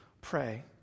pray